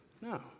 No